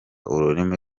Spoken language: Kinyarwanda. ururimi